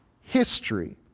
history